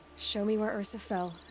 show me where ersa fell.